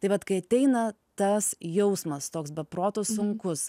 tai vat kai ateina tas jausmas toks be proto sunkus